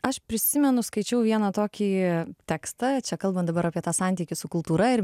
aš prisimenu skaičiau vieną tokį tekstą čia kalbam dabar apie tą santykį su kultūra ir